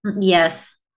Yes